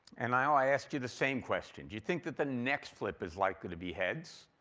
and i'll ask you the same question do you think that the next flip is likely to be heads?